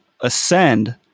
ascend